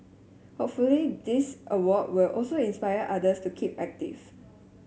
hopefully this award will also inspire others to keep active